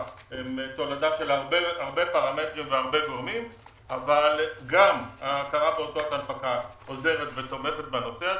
הן תולדה של הרבה פרמטרים וגורמים אבל גם היא עוזרת ותומכת בנושא.